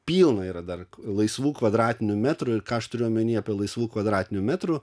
pilna yra dar laisvų kvadratinių metrų ir ką aš turiu omenyje apie laisvų kvadratinių metrų